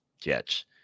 Jets